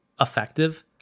effective